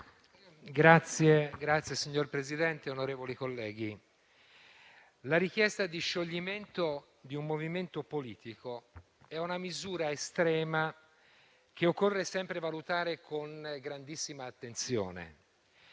Signor Presidente, onorevoli colleghi, la richiesta di scioglimento di un movimento politico è una misura estrema, che occorre sempre valutare con grandissima attenzione.